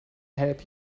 help